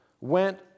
went